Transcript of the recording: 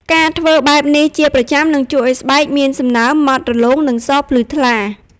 ការធ្វើបែបនេះជាប្រចាំនឹងជួយឲ្យស្បែកមានសំណើម ម៉ដ្ឋរលោង និងសភ្លឺថ្លា។